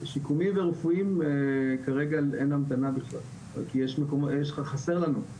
שיקומיים ורפואיים כרגע אין המתנה בכלל כי חסר לנו.